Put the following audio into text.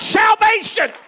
salvation